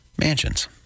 mansions